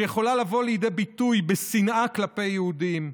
שיכולה לבוא לידי ביטוי בשנאה כלפי יהודים.